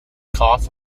cough